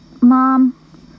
Mom